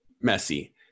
messy